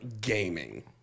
gaming